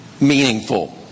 Meaningful